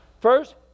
First